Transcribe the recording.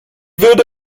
würde